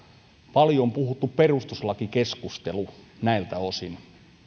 paljon puhuttu perustuslakikeskustelu näiltä osin